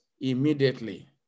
immediately